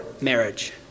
marriage